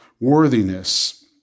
worthiness